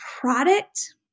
product